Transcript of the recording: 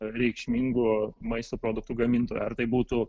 reikšmingų maisto produktų gamintojų ar tai būtų